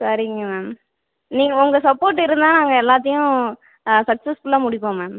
சரிங்க மேம் நீங்கள் உங்கள் சப்போர்ட் இருந்தால் நாங்கள் எல்லாத்தையும் சக்ஸஸ்ஃபுல்லாக முடிப்போம் மேம்